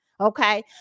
Okay